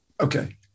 Okay